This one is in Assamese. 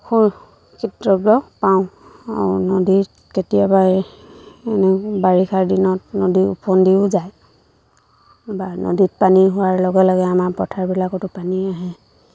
সুৰক্ষিত পাওঁ আৰু নদীত কেতিয়াবা এ এনে বাৰিষাৰ দিনত নদী ওফন্দিও যায় বা নদীত পানী হোৱাৰ লগে লগে আমাৰ পথাৰবিলাকতো পানী আহে